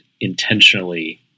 intentionally